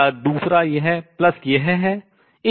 या दूसरा यह प्लस यह है